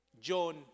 John